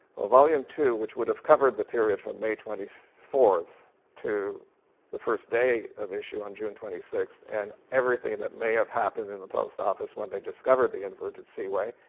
well volume two which would have covered the period from may twenty fourth to the first day of issue on june twenty sixth and everything and that may have happened in the post office when they discovered the inverted seaway,